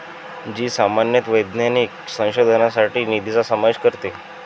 जी सामान्यतः वैज्ञानिक संशोधनासाठी निधीचा समावेश करते